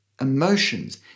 emotions